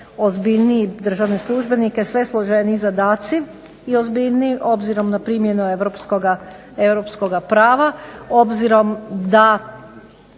ozbiljniji, državne službenike sve složeniji zadaci i ozbiljniji obzirom na primjenu europskoga prava, obzirom da